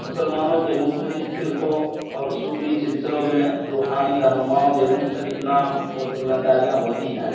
مسلمانوں کے مختلف فرقوں اور صوفی سلسلوں میں روحانی رہنماؤں کے مختلف نام اور ذمہ داریاں ہوتی ہیں